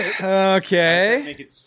Okay